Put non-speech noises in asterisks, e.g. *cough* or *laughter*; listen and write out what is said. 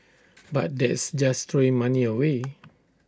*noise* but that's just throwing money away *noise*